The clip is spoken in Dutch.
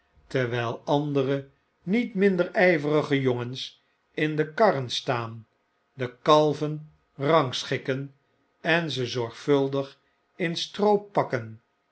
terwyl andere niet minder ijverige jongens in de karren staafi de kalven rangschikken en ze zorgvuldig in stroo pakken